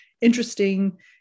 interesting